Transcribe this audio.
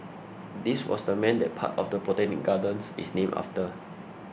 this was the man that part of the Botanic Gardens is named after